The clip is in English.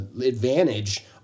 advantage –